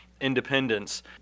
independence